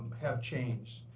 have changed.